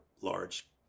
large